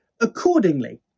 accordingly